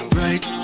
right